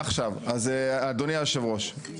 אדוני היושב ראש,